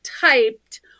typed